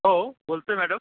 हो बोलतो आहे मॅडम